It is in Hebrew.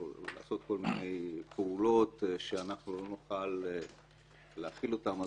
לעשות כל מיני פעולות שאנחנו לא נוכל להכיל אותן.